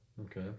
Okay